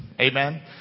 Amen